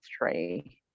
three